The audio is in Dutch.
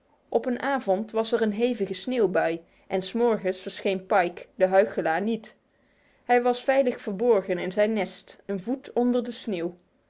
op een avond was er een hevige sneeuwbui en s morgens verscheen pike de huichelaar niet hij was veilig verborgen in zijn nest een voet onder de sneeuw